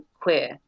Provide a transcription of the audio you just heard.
queer